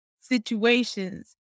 situations